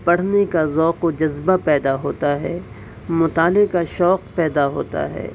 پڑھنے کا ذوق و جذبہ پیدا ہوتا ہے مطالعے کا شوق پیدا ہوتا ہے